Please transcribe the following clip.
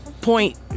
Point